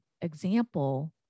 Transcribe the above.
example